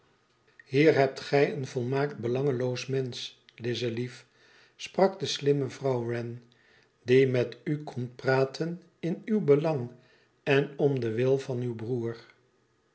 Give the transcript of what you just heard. hier hebt gij een volmaakt belangeloos mensch lize lief sprak de slimmejuffrouw wren die met u komt praten in uw belang en om den wil van uw broeder